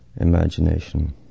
imagination